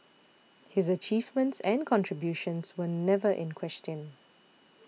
his achievements and contributions were never in question